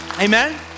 Amen